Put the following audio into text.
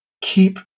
Keep